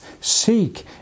Seek